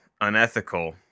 unethical